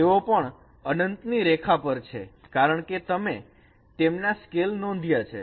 તેઓ પણ અનંત ની રેખા પર છે કારણકે તમે તેમના સ્કેલ નોંધયા છે